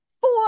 four